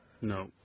No